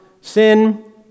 sin